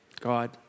God